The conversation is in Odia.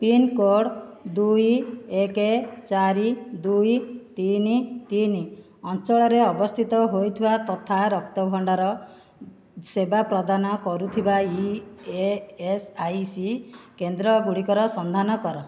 ପିନ୍ କୋଡ଼୍ ଦୁଇ ଏକ ଚାରି ଦୁଇ ତିନି ତିନି ଅଞ୍ଚଳରେ ଅବସ୍ଥିତ ହୋଇଥିବା ତଥା ରକ୍ତ ଭଣ୍ଡାର ସେବା ପ୍ରଦାନ କରୁଥିବା ଇ ଏସ୍ ଆଇ ସି କେନ୍ଦ୍ର ଗୁଡ଼ିକର ସନ୍ଧାନ କର